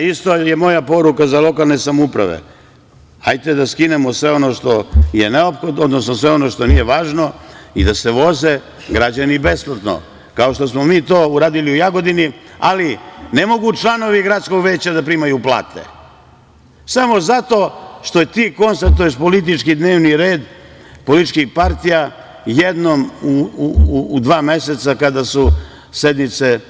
Isto moja poruka za lokalne samouprave, hajte da skinemo sve ono što je neophodno, odnosno sve ono što nije važno i da se voze građani besplatno, kao što smo mi to uradili u Jagodini, ali ne mogu članovi gradskog veća da primaju plate, samo zato što je ti konstatuješ politički dnevni red, političkih partija, jednom u dva meseca, kada su sednice